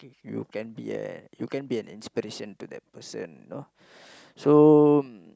you can be a you can be a inspiration to that person you know so